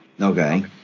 Okay